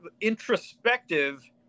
introspective